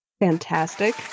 Fantastic